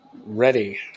Ready